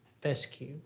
fescue